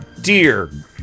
Dear